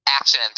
action